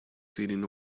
sitting